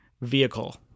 vehicle